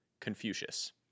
Confucius